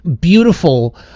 beautiful